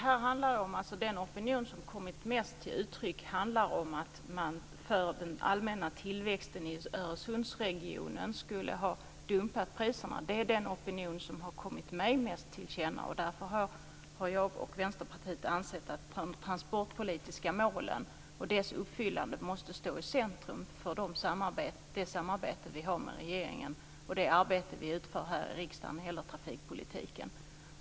Fru talman! Den opinion som kommit mest till uttryck handlar om att man för den allmänna tillväxten i Öresundsregionen skulle ha dumpat priserna. Det är i alla fall den opinion som har kommit mig mest till känna. Därför har jag och Vänsterpartiet ansett att de transportpolitiska målen och deras uppfyllande måste stå i centrum för det samarbete vi har med regeringen och det arbete vi utför här i riksdagen med hela trafikpolitiken.